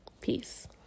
Peace